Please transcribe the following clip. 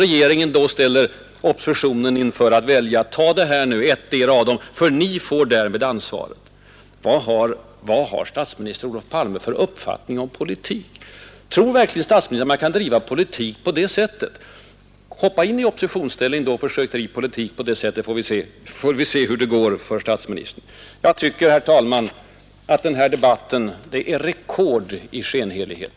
Regeringen ställer oppositionen inför tvånget att välja: tag ettdera av dem, annars får ni svara för följderna! Vad har statsminister Olof Palme för uppfattning om politik? Tror verkligen statsministern att man kan driva politik på det sättet? Hoppa in i oppositionsställning och försök driva oppositionspolitik på det sättet. Då får vi se hur det går för statsministern. Jag tycker, herr talman, att hela den här debatten utgör ett rekord i skenhelighet.